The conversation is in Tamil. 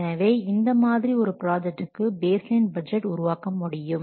எனவே இந்த மாதிரி ஒரு ப்ராஜெக்ட்க்கு பேஸ் லைன் பட்ஜெட் உருவாக்க முடியும்